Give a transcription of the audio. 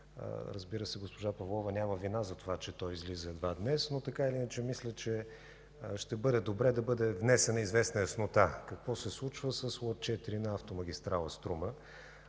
Разбира се, госпожа Павлова няма вина за това, че той излиза едва днес, но така или иначе мисля, че ще бъде добре да бъде внесена известна яснота какво се случва с лот 4 на автомагистрала „Струма”,